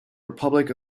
republic